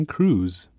Cruise